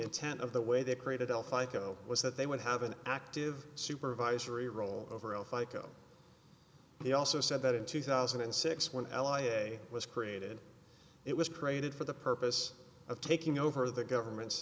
intent of the way they created elf iko was that they would have an active supervisory role over all fica he also said that in two thousand and six when ally was created it was created for the purpose of taking over the government's